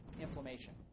inflammation